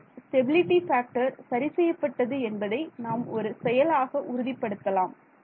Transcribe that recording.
current stability factor சரி செய்யப்பட்டது என்பதை நாம் ஒரு செயலாக உறுதிப்படுத்தலாம்